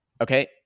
Okay